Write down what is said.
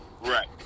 right